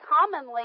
commonly